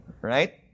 Right